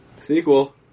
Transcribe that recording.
Sequel